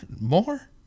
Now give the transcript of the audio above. more